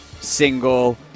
single